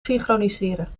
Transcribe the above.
synchroniseren